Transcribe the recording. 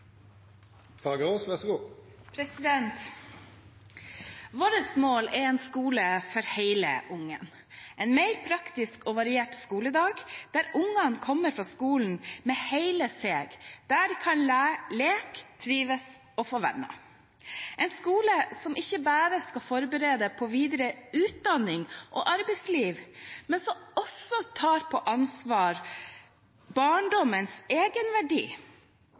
variert skoledag, der ungene kommer til skolen med hele seg, og der de kan leke, trives og få venner. Det er en skole som ikke bare skal forberede for videre utdanning og arbeidsliv, men som også tar på alvor barndommens egenverdi